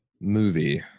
movie